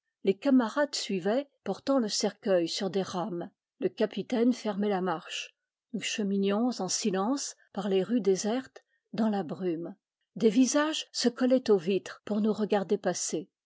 les camarades suivaient portant le cercueil sur des rames le capitaine fermait la marche nous cheminions en silence par les rues désertes dans la brume des visages se collaient aux vitres pour nous regarder passer